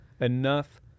enough